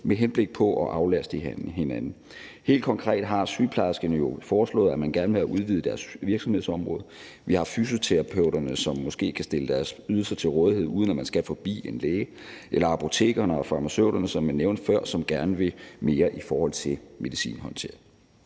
med henblik på at aflaste hinanden. Helt konkret har sygeplejerskerne jo foreslået, at man gerne vil have udvidet deres virksomhedsområde. Vi har fysioterapeuterne, som måske kan stille deres ydelser til rådighed, uden at man skal forbi en læge, og der er apotekerne og farmaceuterne, som jeg nævnte før, der gerne vil mere i forhold til medicinhåndtering.